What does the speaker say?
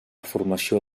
formació